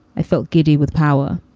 i felt giddy with power.